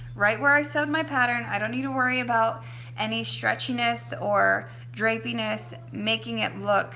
right where i sewed my pattern. i don't need to worry about any stretchiness or drapiness making it look